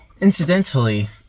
Incidentally